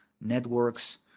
networks